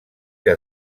que